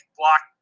block